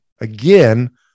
again